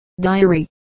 Diary